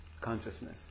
consciousness